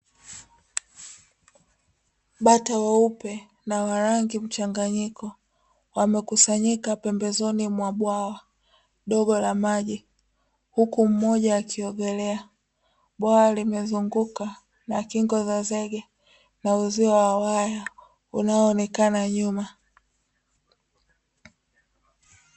Bata weupe na wa rangi mchanganyiko, wamekusanyika pembezoni mwa bwawa dogo la maji, huku mmoja akiongelea. Bwawa limezungukwa na kingo za zege na uzio wa waya unaoonekana nyuma.